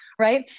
right